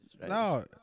No